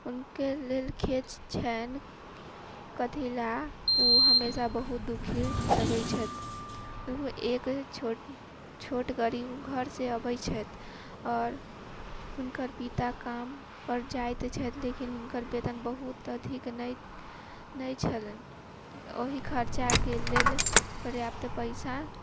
हुनके लेल किछु छनि कथी लऽ ओ हमेशा बहुत दुखी लगैत छथि ओ एक छोट छोट गरीब घर से अबैत छथि आओर हुनकर पिता काम पर जाइत छलखिन हुनकर वेतन बहुत अत्यधिक नहि छलनि ओहि खर्चाके लेल पर्याप्त पैसा